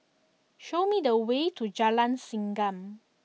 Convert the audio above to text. show me the way to Jalan Segam